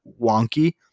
wonky